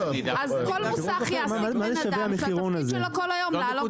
אז כל מוסך יעסיק בן אדם שהתפקיד שלו כל היום זה להעלות נתונים.